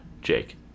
Jake